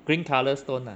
green colour stone ah